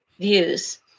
views